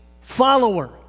follower